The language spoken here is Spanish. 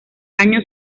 año